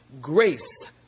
grace